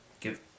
give